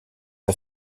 der